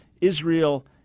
Israel